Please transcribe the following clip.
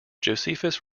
josephus